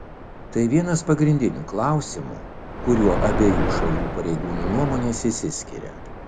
tai vienas pagrindinių klausimų kuriuo abiejų šalių pareigūnų nuomonės išsiskiria